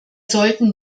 sollten